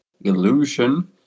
illusion